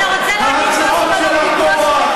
אתה רוצה להגיב על הפיגוע?